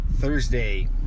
Thursday